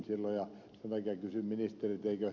sen takia kysyn ministeriltä